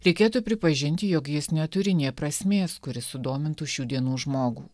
reikėtų pripažinti jog jis neturi nė prasmės kuri sudomintų šių dienų žmogų